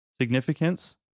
Significance